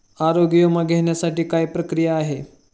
आरोग्य विमा घेण्यासाठी काय प्रक्रिया आहे?